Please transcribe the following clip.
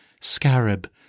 scarab